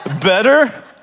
Better